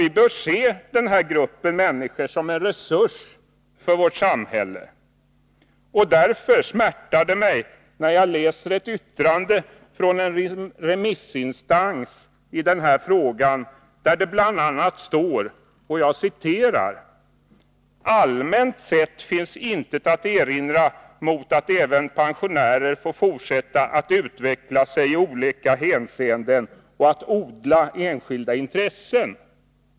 Vi bör se denna grupp människor som en resurs för vårt samhälle. Därför smärtar det mig när jag läser ett yttrande från en remissinstans i denna fråga, där det bl.a. står: ”Allmänt sett finns intet att erinra mot att även pensionärer får fortsätta att utveckla sig i olika hänseenden och att odla enskilda intressen.